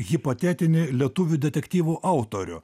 hipotetinį lietuvių detektyvų autorių